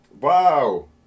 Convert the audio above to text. wow